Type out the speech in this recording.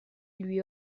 lui